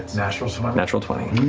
natural so natural twenty?